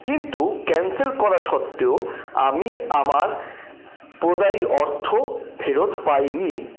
কিন্তু ক্যান্সেল করা সত্ত্বেও আমি আমার প্রদায়ী অর্থ ফেরত পাই নি